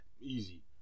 easy